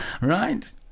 right